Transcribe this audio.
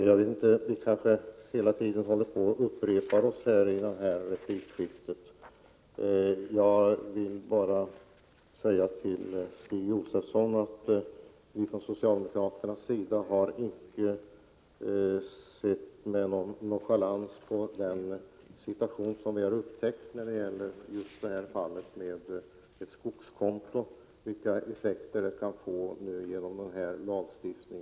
Herr talman! Vi håller hela tiden på och upprepar oss i detta replikskifte. Jag vill bara säga till Stig Josefson att vi från socialdemokratisk sida inte har varit nonchalanta vad gäller fallet med skogskonto, när vi upptäckte vilka effekter som kan uppstå genom denna lagstiftning.